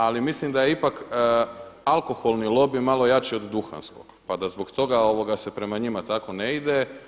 Ali mislim da je ipak alkoholni lobi malo jači od duhanskog, pa da zbog toga se prema njima tako ne ide.